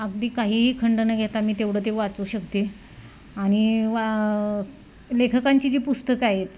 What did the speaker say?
अगदी काहीही खंड न घेता मी तेवढं ते वाचू शकते आणि वा स् लेखकांची जी पुस्तकं आहेत